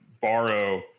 borrow